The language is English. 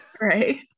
right